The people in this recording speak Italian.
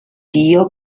dio